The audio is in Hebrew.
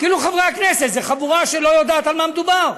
כאילו חברי הכנסת הם חבורה שלא יודעת על מה מדובר,